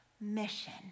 mission